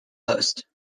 host